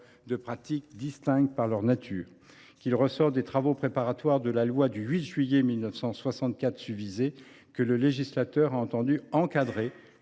de pratiques distinctes par leur nature ; qu’il ressort des travaux préparatoires de la loi du 8 juillet 1964 susvisée que le législateur a entendu encadrer